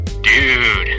Dude